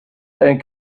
and